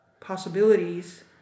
possibilities